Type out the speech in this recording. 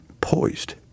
poised